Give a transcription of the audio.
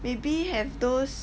maybe have those